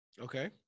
Okay